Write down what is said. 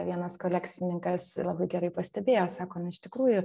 vienas kolekcininkas labai gerai pastebėjo sako nu iš tikrųjų